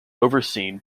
overseen